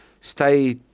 Stay